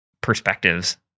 perspectives